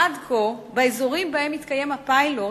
עד כה, באזורים שבהם מתקיים הפיילוט